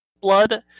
blood